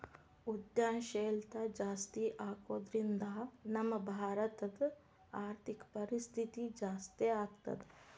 ಉದ್ಯಂಶೇಲ್ತಾ ಜಾಸ್ತಿಆಗೊದ್ರಿಂದಾ ನಮ್ಮ ಭಾರತದ್ ಆರ್ಥಿಕ ಪರಿಸ್ಥಿತಿ ಜಾಸ್ತೇಆಗ್ತದ